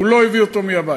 הוא לא הביא אותו מהבית.